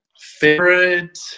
Favorite